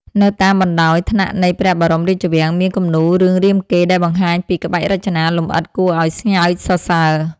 នៅតាមបណ្ដោយថ្នាក់នៃព្រះបរមរាជវាំង មានគំនូររឿងរាមកេរ្តិ៍ដែលបង្ហាញពីក្បាច់រចនាលម្អិតគួរឱ្យស្ងើចសរសើរ។